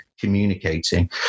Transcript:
communicating